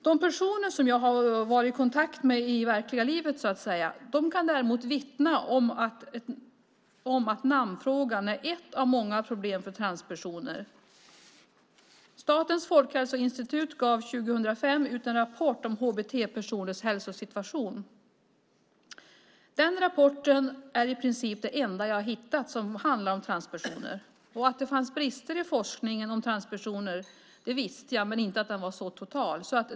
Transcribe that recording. De personer som jag har varit i kontakt med i verkliga livet så att säga kan däremot vittna om att namnfrågan är ett av många problem för transpersoner. Statens folkhälsoinstitut gav 2005 ut en rapport om HBT-personers hälsosituation. Den rapporten är i princip det enda som jag har hittat som handlar om transpersoner. Att det fanns brister i forskningen om transpersoner visste jag men inte att den var så total.